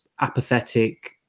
apathetic